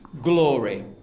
glory